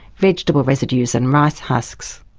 vegetable residues and rice husks.